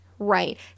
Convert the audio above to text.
Right